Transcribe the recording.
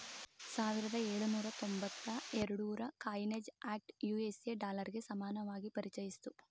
ಸಾವಿರದ ಎಳುನೂರ ತೊಂಬತ್ತ ಎರಡುರ ಕಾಯಿನೇಜ್ ಆಕ್ಟ್ ಯು.ಎಸ್.ಎ ಡಾಲರ್ಗೆ ಸಮಾನವಾಗಿ ಪರಿಚಯಿಸಿತ್ತು